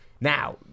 Now